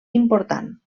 important